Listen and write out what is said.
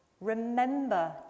remember